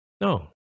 No